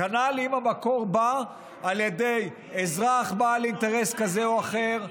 אם המקור בא על ידי אזרח בעל אינטרס כזה או אחר,